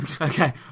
Okay